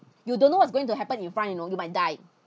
you don't know what's going to happen in front you know you might died